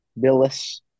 Billis